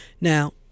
Now